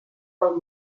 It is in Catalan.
del